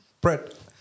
Brett